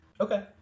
Okay